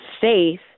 faith